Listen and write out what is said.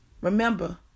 Remember